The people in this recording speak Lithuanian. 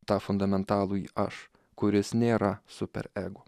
tą fundamentalųjį aš kuris nėra super ego